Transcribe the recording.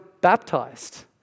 baptized